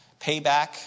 payback